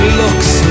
looks